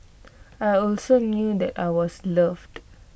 I also knew that I was loved